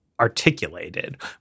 articulated